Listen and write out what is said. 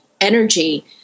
energy